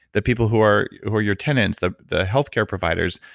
the people who are who are your tenants, the the healthcare providers,